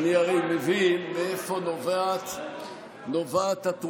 אני הרי מבין מאיפה נובעת הטרוניה.